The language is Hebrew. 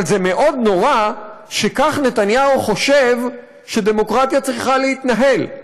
אבל זה מאוד נורא שכך נתניהו חושב שדמוקרטיה צריכה להתנהל.